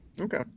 Okay